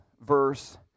verse